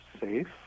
safe